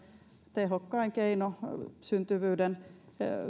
tehokkain keino syntyvyyden